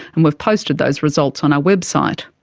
and we've posted those results on our website.